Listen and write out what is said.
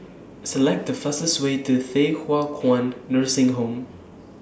Select The fastest Way to Thye Hua Kwan Nursing Home